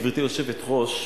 גברתי היושבת-ראש,